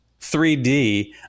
3d